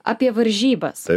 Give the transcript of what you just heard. apie varžybas